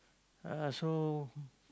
uh so